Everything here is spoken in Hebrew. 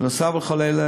בנוסף לכל אלה,